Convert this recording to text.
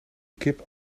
kip